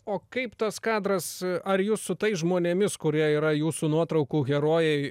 o kaip tas kadras ar jūs su tais žmonėmis kurie yra jūsų nuotraukų herojai